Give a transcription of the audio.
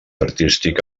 artístic